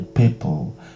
People